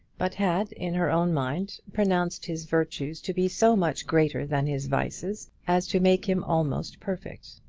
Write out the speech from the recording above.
but had, in her own mind, pronounced his virtues to be so much greater than his vices as to make him almost perfect.